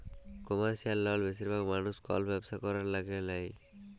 commercial লল বেশিরভাগ মালুস কল ব্যবসা ক্যরার ল্যাগে লেই